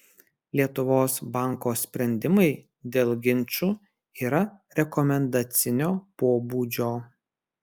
lietuvos banko sprendimai dėl ginčų yra rekomendacinio pobūdžio